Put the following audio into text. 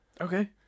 Okay